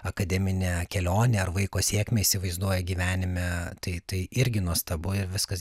akademinę kelionę ar vaiko sėkmę įsivaizduoja gyvenime tai tai irgi nuostabu ir viskas